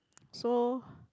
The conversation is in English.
so